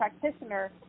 practitioner